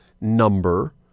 number